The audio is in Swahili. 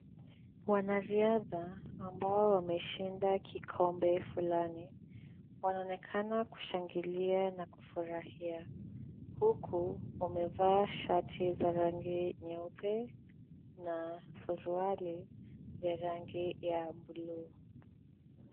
Wanariadha ambao wameshinda kikombe fulani wanaonekana kushangilia na kufurahia huku wamevaa shati za rangi nyeupe na suruali ya rangi ya bluu.